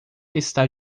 está